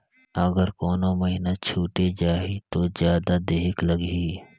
अगर कोनो महीना छुटे जाही तो जादा देहेक लगही?